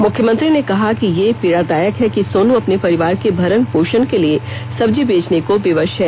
मुख्यमंत्री ने कहा कि यह पीड़ादायक है कि सोन अपने परिवार के भरण पोषण के लिए सब्जी बेचने को विवश है